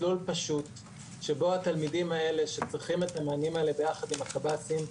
מסלול פשוט שבו התלמידים האלה שצריכים את המענים האלה ביחד עם הקבסי"ם,